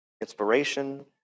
inspiration